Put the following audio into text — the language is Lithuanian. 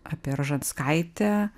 apie ražanskaitę